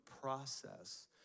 process